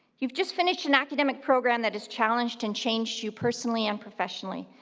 you've just finished an academic program that has challenged and changed you personally and professionally.